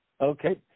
Okay